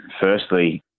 firstly